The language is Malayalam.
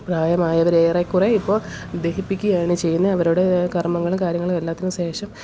പ്രായമായവര് ഏറെക്കുറെ ഇപ്പോള് ദഹിപ്പിക്കുകയാണ് ചെയ്യുന്നത് അവരുടെ കർമങ്ങളും കാര്യങ്ങളും എല്ലാത്തിനും ശേഷം